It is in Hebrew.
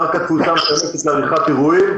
קרקע תפוסה לעריכת אירועים,